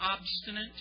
obstinate